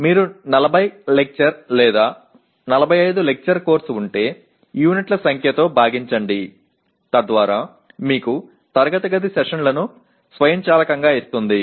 మీకు 40 లెక్చర్ లేదా 45 lecture course ఉంటే యూనిట్ల సంఖ్యతో భాగించండి తద్వారా మీకు తరగతి గది సెషన్లను స్వయంచాలకంగా ఇస్తుంది